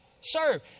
Serve